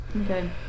Okay